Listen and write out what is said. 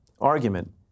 argument